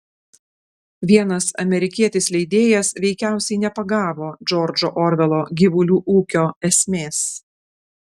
vienas amerikietis leidėjas veikiausiai nepagavo džordžo orvelo gyvulių ūkio esmės